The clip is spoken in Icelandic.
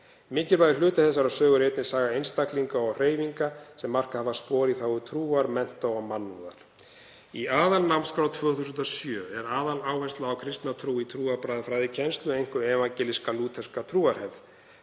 Mikilvægur hluti þessarar sögu er einnig saga einstaklinga og hreyfinga sem markað hafa spor í þágu trúar, mennta og mannúðar.“ Í aðalnámskrá 2007 er aðaláhersla á kristna trú í trúarbragðafræðikennslu, einkum evangelíska-lútherska trúarhefð.